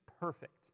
perfect